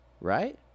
Right